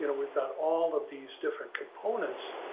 you know we've got all of these different components,